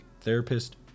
therapist